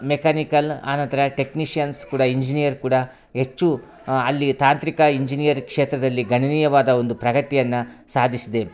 mechanical ಆನಂತರ technicians ಕೂಡ engineer ಕೂಡ ಹೆಚ್ಚು ಅಲ್ಲಿ ತಾಂತ್ರಿಕ ಇಂಜಿನಿಯರ್ ಕ್ಷೇತ್ರದಲ್ಲಿ ಗಣನೀಯವಾದ ಒಂದು ಪ್ರಗತಿಯನ್ನು ಸಾಧಿಸಿದೆ